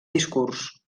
discurs